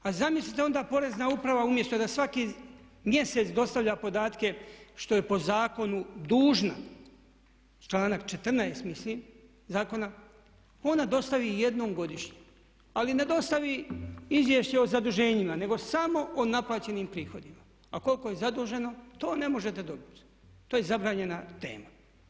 A zamislite onda porezna uprava umjesto da svaki mjesec dostavlja podatke što je po zakonu dužna članak 14.mislim zakona, ona dostavi jednom godišnje, ali ne dostavi izvješće o zaduženjima nego samo o naplaćenih prihodima, a koliko je zaduženo to ne možete dobiti, to je zabranjena tema.